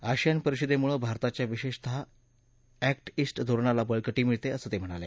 ASEAN परिषदेमुळं भारताच्या विशेषतः एक्ट ईस्ट धोरणाला बळकटी मिळते असंही ते म्हणाले